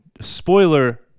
spoiler